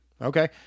okay